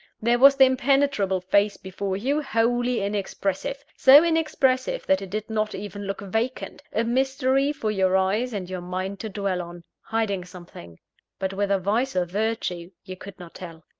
there was the impenetrable face before you, wholly inexpressive so inexpressive that it did not even look vacant a mystery for your eyes and your mind to dwell on hiding something but whether vice or virtue you could not tell.